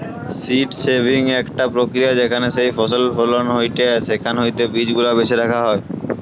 seed saving একটা প্রক্রিয়া যেখানে যেই ফসল ফলন হয়েটে সেখান হইতে বীজ গুলা বেছে রাখা